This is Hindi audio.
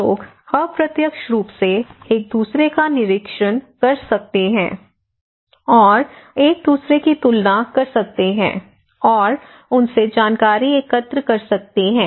फिर लोग अप्रत्यक्ष रूप से एक दूसरे का निरीक्षण कर सकते हैं और एक दूसरे की तुलना कर सकते हैं और उनसे जानकारी एकत्र कर सकते हैं